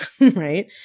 right